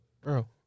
Bro